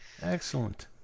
Excellent